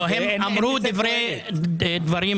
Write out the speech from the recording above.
הם אמרו דברים חשובים.